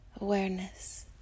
awareness